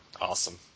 Awesome